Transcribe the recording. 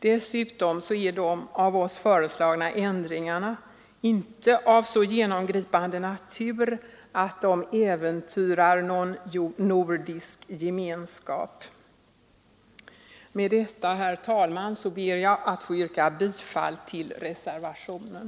Dessutom är de av oss föreslagna ändringarna inte av så genomgripande natur att de äventyrar någon nordisk gemenskap. Med detta, herr talman, ber jag att få yrka bifall till reservationen.